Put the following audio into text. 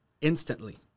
instantly